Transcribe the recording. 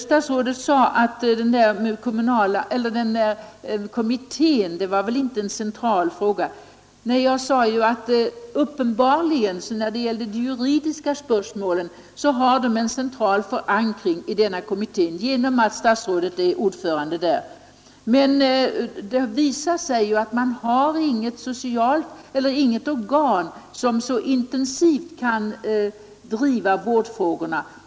Statsrådet sade att kommittén inte var av central betydelse. Jag sade att de juridiska spörsmålen uppenbarligen har en central förankring i den kommitté där statsrådet är ordförande, men det visar sig att det inte finns något organ som intensivt kan driva vårdfrågorna.